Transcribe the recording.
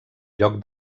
lloc